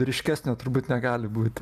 ryškesnio turbūt negali būti